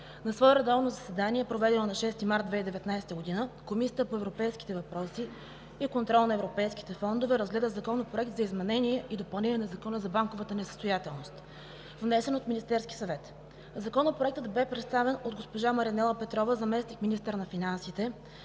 На свое редовно заседание, проведено на 6 март 2019 г., Комисията по европейските въпроси и контрол на европейските фондове разгледа Законопроекта за изменение и допълнение на Закона за банковата несъстоятелност, внесен от Министерския съвет. Законопроектът бе представен от госпожа Маринела Петрова – заместник-министър на финансите.